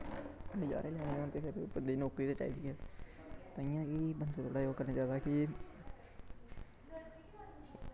नज़ारे लाने ते फिर बंदेई नौकरी ते चाही दी ऐ तांईयैं कि बंदे गी थोह्ड़ा जेहा ओह करना चाही दा कि